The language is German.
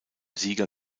sieger